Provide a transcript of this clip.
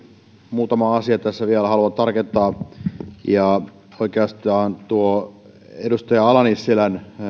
muutaman asian tässä vielä haluan tarkentaa oikeastaan tuosta edustaja ala nissilän